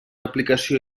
aplicació